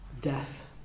death